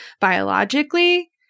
biologically